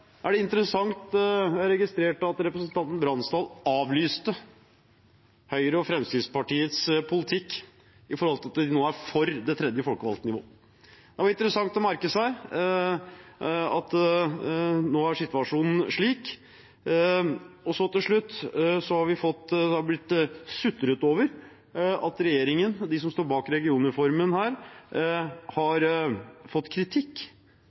Det var interessant å merke seg at nå er situasjonen slik. Til slutt: Det har blitt sutret over at regjeringen, som står bak regionreformen her, har fått kritikk.